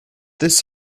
this